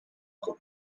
com